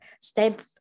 step